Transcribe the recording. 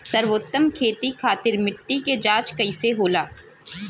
सर्वोत्तम खेती खातिर मिट्टी के जाँच कइसे होला?